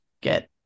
get